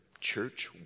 church